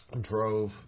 drove